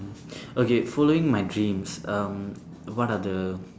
okay following my dreams um what are the